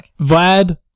Vlad